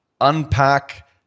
unpack